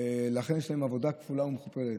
לכן יש להם עבודה כפולה ומכופלת,